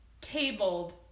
cabled